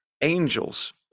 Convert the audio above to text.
angels